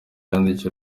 yandikiye